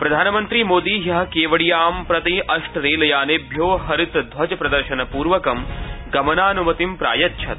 प्रधानमन्त्री मोदी ह्य केवडियां प्रति अष्ट रेलयानेभ्यो हरितध्वजप्रदर्शन पूर्वकं गमनान्मतिं प्रायच्छत्